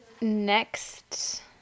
next